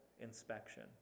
inspection